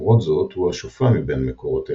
למרות זאת הוא השופע מבין מקורות הירדן,